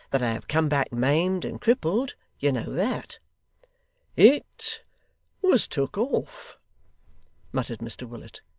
that i have come back, maimed and crippled? you know that it was took off muttered mr willet,